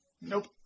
Nope